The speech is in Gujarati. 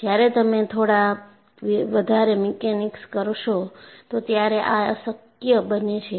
જ્યારે તમે થોડા વધારે મિકેનિક્સ કરશો તો ત્યારે આ શક્ય બને છે